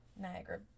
Niagara